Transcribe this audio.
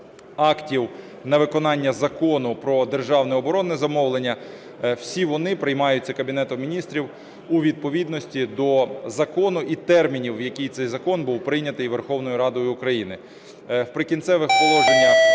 актів на виконання Закону "Про державне оборонне замовлення", всі вони приймаються Кабінетом Міністрів у відповідності до закону і термінів, в який цей закон був прийнятий Верховною Радою України.